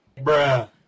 Bruh